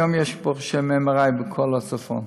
היום יש ברוך השם MRI בכל הצפון,